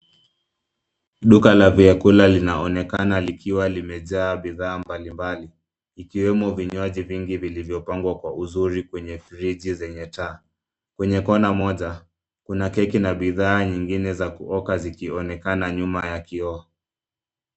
Duka la vyakula linaonekana likiwa limejaa bidhaa mbali mbali ikiwemo vinywaji vingi vilivyopangwa kwa uzuri kwenye friji zenye taa. Kwenye kona moja, kuna keki na bidhaa nyingine za kuoka zikionekana nyuma ya kioo.